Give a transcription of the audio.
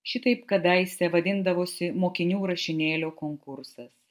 šitaip kadaise vadindavosi mokinių rašinėlių konkursas